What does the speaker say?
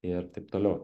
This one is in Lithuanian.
ir taip toliau